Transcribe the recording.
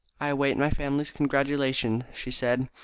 i await my family's congratulations, she said,